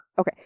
okay